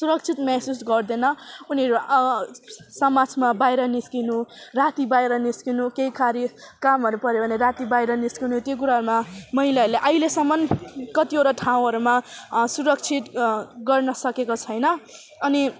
सुरक्षित महसुस गर्दैन उनीहरू समाजमा बाहिर निस्किनु राति बाहिर निस्किनु केही कार्य कामहरू पर्यो भने राति बाहिर निस्किनु त्यो कुराहरूमा महिलाहरूलाई अहिलेसम्म कतिवटा ठाउँहरूमा सुरक्षित गर्न सकेको छैन अनि